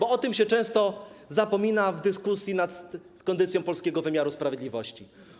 O tym się często zapomina w dyskusji nad kondycją polskiego wymiaru sprawiedliwości.